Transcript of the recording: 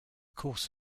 course